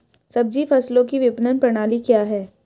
सब्जी फसलों की विपणन प्रणाली क्या है?